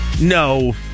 No